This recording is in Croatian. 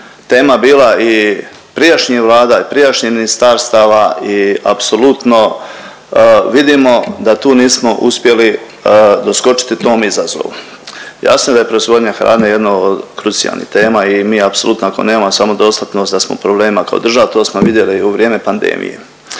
tema bila i prijašnjih vlada i prijašnjih ministarstava i apsolutno vidimo da tu nismo uspjeli doskočiti tom izazovu. Jasno je da je proizvodnja hrane jedna od krucijalnih tema i mi apsolutno ako nemamo samodostatnost da smo u problemima kao država. To smo vidjeli i u vrijeme pandemije.